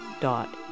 dot